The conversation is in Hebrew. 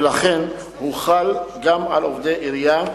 ולכן הוא חל גם על עובדי עירייה.